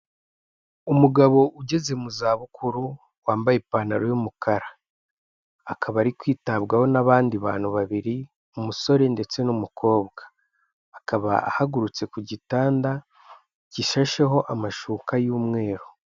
Umugabo ugeze mu za bukuru wambaye ipantaro y'umukara, akaba ari kwitabwaho n'abandi bantu babiri umusore ndetse n'umukobwa, akaba ahagurutse ku gitanda gishasheho amashuka y'umweru.